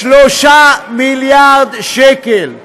3 מיליארד שקל.